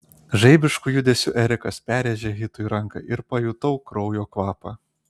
žaibišku judesiu erikas perrėžė hitui ranką ir pajutau kraujo kvapą